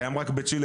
קיים רק בצ'ילה,